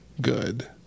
good